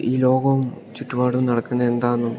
ഈ ലോകവും ചുറ്റുപാടും നടക്കുന്നത് എന്താണെന്നും